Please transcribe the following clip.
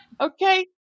Okay